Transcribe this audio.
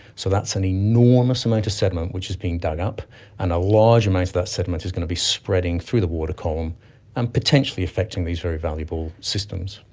so that's an enormous amount of sediment which is being dug up and a large amount of that sediment is going to be spreading through the water column and potentially affecting these very valuable systems.